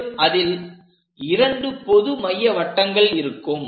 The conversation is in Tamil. மேலும் அதில் இரண்டு பொதுமைய வட்டங்கள் இருக்கும்